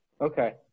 Okay